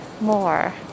more